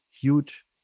huge